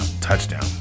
Touchdown